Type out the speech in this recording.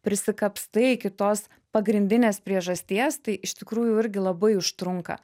prisikapstai iki tos pagrindinės priežasties tai iš tikrųjų irgi labai užtrunka